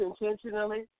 intentionally